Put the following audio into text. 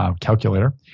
calculator